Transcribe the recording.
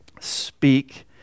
speak